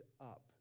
Up